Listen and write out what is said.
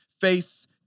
face